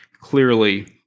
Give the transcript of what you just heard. clearly